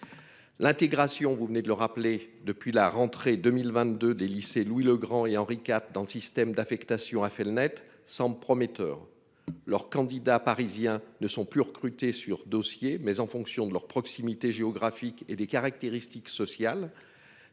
L'intégration, vous venez de le rappeler, depuis la rentrée 2022 des lycées Louis-le-Grand et Henri-IV. Dans le système d'affectation a fait le Net 100 prometteur leur candidat parisien ne sont plus recrutés sur dossier mais en fonction de leur proximité géographique et des caractéristiques sociales